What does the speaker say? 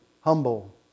humble